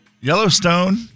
Yellowstone